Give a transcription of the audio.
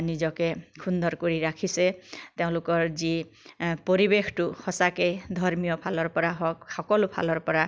নিজকে সুন্দৰ কৰি ৰাখিছে তেওঁলোকৰ যি পৰিৱেশটো সঁচাকে ধৰ্মীয় ফালৰ পৰা হওক সকলো ফালৰ পৰা